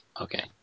Okay